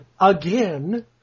again